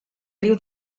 riu